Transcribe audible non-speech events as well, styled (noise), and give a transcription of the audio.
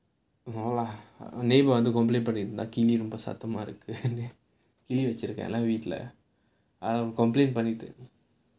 no lah neighbor வந்து:vanthu complain பண்ணிருந்தா கீழ ரொம்ப சத்தமா இருக்குனு கீழ வச்சிருக்கேன்ல வீட்டுல:pannirunthaa keezha romba saththamaa irukkunnu keezha vachirukkaenla veetula (laughs) அவ:ava complain பண்ணிட்டு:pannittu